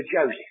Joseph